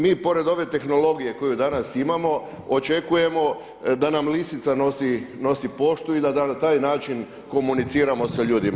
Mi pored ove tehnologije koju danas imamo očekujemo da nam lisica nosi poštu i da na taj način komuniciramo sa ljudima.